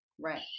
Right